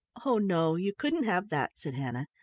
oh, no you couldn't have that, said hannah.